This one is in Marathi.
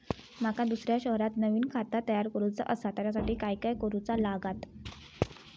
माका दुसऱ्या शहरात नवीन खाता तयार करूचा असा त्याच्यासाठी काय काय करू चा लागात?